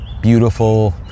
beautiful